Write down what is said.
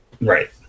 right